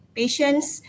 patient's